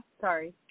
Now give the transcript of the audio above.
Sorry